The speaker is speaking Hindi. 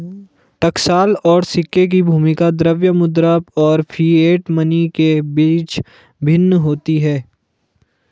टकसाल और सिक्के की भूमिका द्रव्य मुद्रा और फिएट मनी के बीच भिन्न होती है